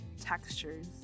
textures